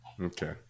Okay